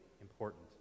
important